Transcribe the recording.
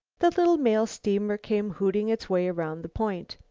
the little mail steamer came hooting its way around the point.